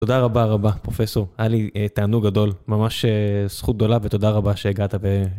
תודה רבה רבה פרופסור, היה לי תענוג גדול, ממש זכות גדולה ותודה רבה שהגעת.